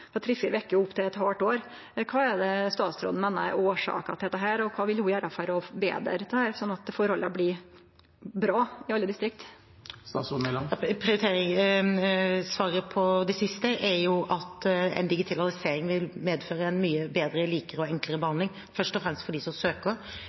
til fire veker opptil eit halvt år. Kva er det statsråden meiner er årsaka til dette, og kva vil ho gjere for å forbetre det, slik at forholda blir bra i alle distrikt? Svaret på det siste er at en digitalisering vil medføre en mye bedre, likere og enklere